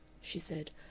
she said.